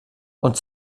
und